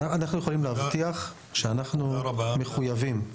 אנחנו יכולים להבטיח שאנחנו מחויבים.